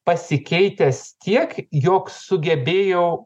pasikeitęs tiek jog sugebėjau